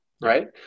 right